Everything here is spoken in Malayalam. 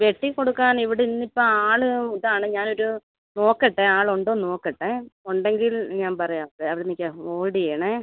വെട്ടി കൊടുക്കാൻ ഇവിടുന്ന് ഇപ്പം ആള് ഇതാണ് ഞാനൊരു നോക്കട്ടെ ആളുണ്ടോ എന്ന് നോക്കട്ടെ ഉണ്ടെങ്കിൽ ഞാൻ പറയാം അവിടെ നിൽക്ക് ഹോൾഡ് ചെയ്യണെ